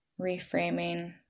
reframing